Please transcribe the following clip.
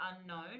unknown